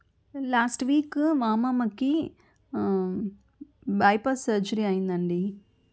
last week మా అమ్మమ్మకి bypass surgery అయిందండి